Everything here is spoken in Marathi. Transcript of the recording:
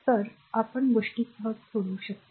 तरच आपण गोष्टी सहज सोडवू शकतो